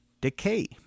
Decay